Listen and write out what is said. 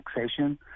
taxation